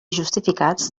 justificats